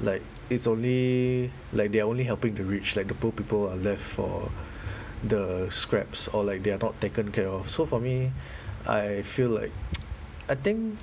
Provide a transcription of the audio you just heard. like it's only like they're only helping the rich like the poor people are left for the scraps or like they are not taken care of so for me I feel like I think